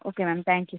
okay ma'am thank you